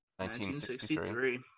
1963